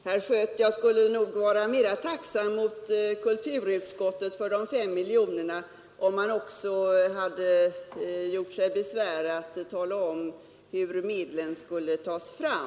Herr talman! Jag skulle nog vara mera tacksam mot kulturutskottet för de 5 miljonerna, herr Schött, om man också hade gjort sig besvär med att tala om hur medlen skulle tas fram.